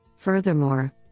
Furthermore